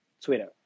Twitter